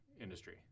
industry